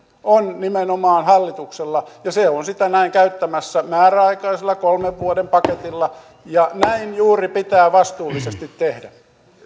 on nimenomaan hallituksella ja se on sitä näin käyttämässä määräaikaisella kolmen vuoden paketilla ja näin juuri pitää vastuullisesti tehdä